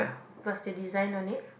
plus the design no need